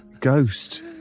ghost